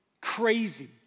crazy